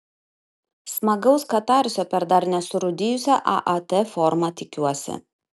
smagaus katarsio per dar nesurūdijusią aat formą tikiuosi